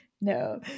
No